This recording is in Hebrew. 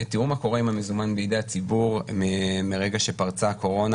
תראו מה קורה עם המזומן בידי הציבור מרגע שפרצה הקורונה.